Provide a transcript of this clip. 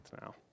now